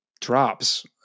drops